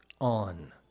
on